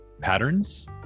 patterns